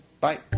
Bye